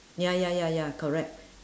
ya ya ya ya correct